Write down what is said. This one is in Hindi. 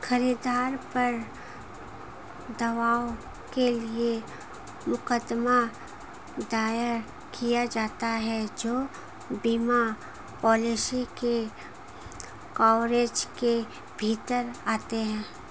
खरीदार पर दावों के लिए मुकदमा दायर किया जाता है जो बीमा पॉलिसी के कवरेज के भीतर आते हैं